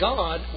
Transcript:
God